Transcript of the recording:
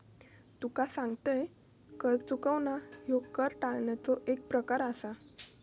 तुका सांगतंय, कर चुकवणा ह्यो कर टाळण्याचो एक प्रकार आसा